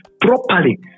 properly